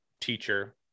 teacher